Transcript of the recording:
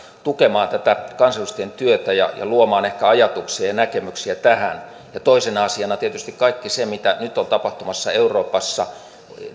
tukemaan tätä kansanedustajien työtä ja luomaan ehkä ajatuksia ja näkemyksiä tähän toisena asiana tietysti kaikki se mitä nyt on tapahtumassa euroopassa